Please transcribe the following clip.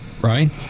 right